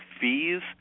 fees